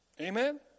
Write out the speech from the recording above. Amen